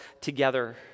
together